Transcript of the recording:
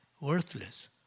worthless